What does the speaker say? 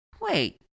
Wait